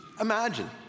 imagine